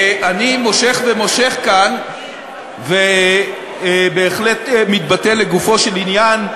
אני מושך ומושך, ובהחלט מתבטא לגופו של עניין,